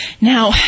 Now